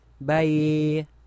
Bye